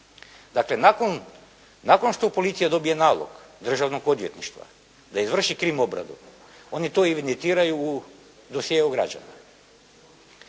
Dakle, nakon što policija dobije nalog Državnog odvjetništva da izvrši krim obradu oni to evidentiraju u dosjeu građana,